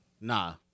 Nah